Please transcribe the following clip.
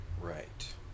Right